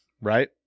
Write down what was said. right